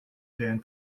dan